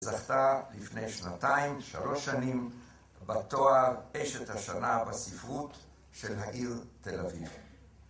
זכתה לפני שנתיים, שלוש שנים בתואר אשת השנה בספרות של העיר תל אביב.